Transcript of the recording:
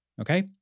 Okay